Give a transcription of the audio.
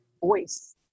voice